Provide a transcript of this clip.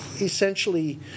essentially